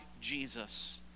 Jesus